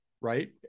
Right